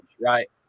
right